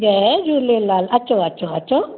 जय झूलेलाल अचो अचो अचो